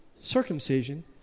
circumcision